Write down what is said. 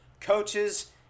coaches